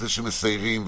זה שמסיירים,